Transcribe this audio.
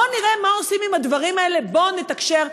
בוא נראה מה עושים עם הדברים האלה, בוא נתקשר.